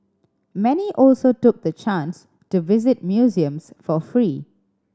many also took the chance to visit museums for free